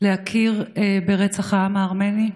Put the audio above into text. להכיר ברצח העם הארמני.